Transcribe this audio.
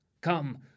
come